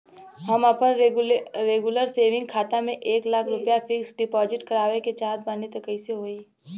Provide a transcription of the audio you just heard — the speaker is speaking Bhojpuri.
हम आपन रेगुलर सेविंग खाता से एक लाख रुपया फिक्स डिपॉज़िट करवावे के चाहत बानी त कैसे होई?